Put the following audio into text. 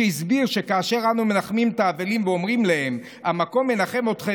שהסביר: כאשר אנו מנחמים את האבלים ואומרים להם "המקום ינחם אתכם",